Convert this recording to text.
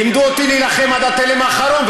לימדו אותי להילחם עד התלם האחרון,